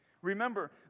Remember